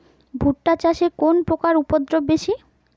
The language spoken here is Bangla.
ভুট্টা চাষে কোন পোকার উপদ্রব বেশি?